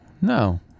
No